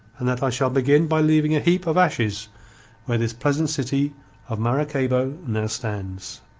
and that i shall begin by leaving a heap of ashes where this pleasant city of maracaybo now stands.